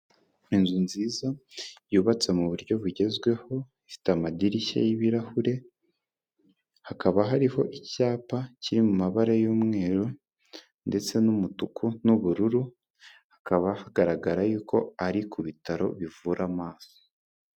Inzu nziza yubatse mu buryo bugezweho, ifite amadirishya y'ibirahure, hakaba hariho icyapa kiri mu mabara y'umweru ndetse n'umutuku n'ubururu, hakaba hagaragara yuko ari ku bitaro bivura amaso.